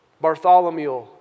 Bartholomew